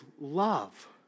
love